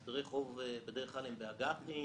הסדרי חוב הם בדרך כלל באג"חים.